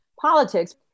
politics